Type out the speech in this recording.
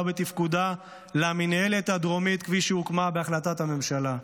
ובתפקודה למינהלת הדרומית כפי שהוקמה בהחלטת הממשלה.